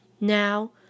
Now